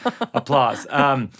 Applause